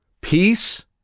Peace